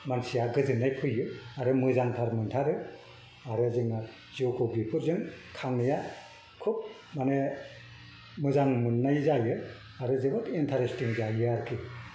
मानसिया गोजोननाय फैयो आरो मोजांथार मोनथारो आरो जोंना जौखौ बेफोरजों खांनाया खुब माने मोजां मोननाय जायो आरो जोबोद इन्टारेस्टिं जायो आरोखि